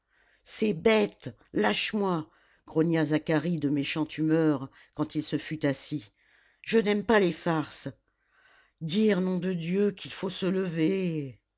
c'est bête lâche moi grogna zacharie de méchante humeur quand il se fut assis je n'aime pas les farces dire nom de dieu qu'il faut se lever